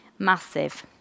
Massive